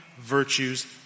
virtues